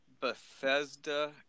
Bethesda